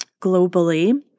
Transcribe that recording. globally